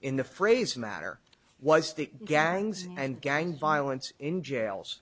in the phrase matter was the gangs and gang violence in jails